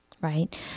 right